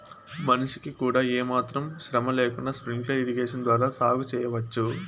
మనిషికి కూడా ఏమాత్రం శ్రమ లేకుండా స్ప్రింక్లర్ ఇరిగేషన్ ద్వారా సాగు చేయవచ్చు